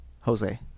Jose